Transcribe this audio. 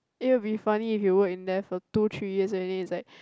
it will be funny if he work in there for two three years and then he's like